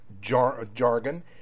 jargon